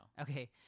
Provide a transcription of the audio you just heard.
okay